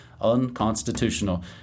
unconstitutional